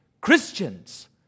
Christians